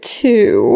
two